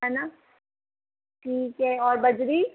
है न ठीक है और बजरी